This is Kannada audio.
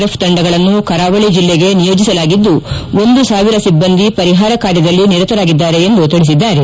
ಎಫ್ ತಂಡಗಳನ್ನು ಕರಾವಳಿ ಜಿಲ್ಲೆಗೆ ನಿಯೋಜಿಸಲಾಗಿದ್ದು ಒಂದು ಸಾವಿರ ಸಿಬ್ಬಂದಿ ಪರಿಹಾರ ಕಾರ್ಯದಲ್ಲಿ ನಿರತರಾಗಿದ್ದಾರೆ ಎಂದು ತಿಳಿಸಿದ್ದಾರೆ